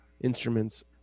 instruments